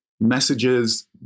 messages